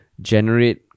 generate